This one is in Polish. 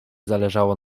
zależało